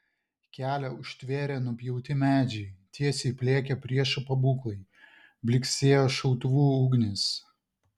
kelią užtvėrė nupjauti medžiai tiesiai pliekė priešo pabūklai blyksėjo šautuvų ugnys